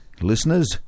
listeners